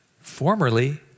formerly